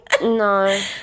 No